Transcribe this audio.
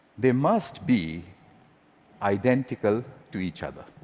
they must be identical to each other.